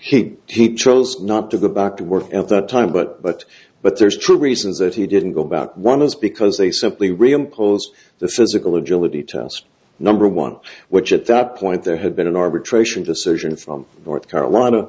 he chose not to go back to work at the time but but but there's true reasons that he didn't go about one is because they simply reimpose the physical agility task number one which at that point there had been an arbitration decision from north carolina